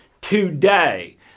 today